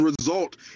result